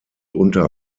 unter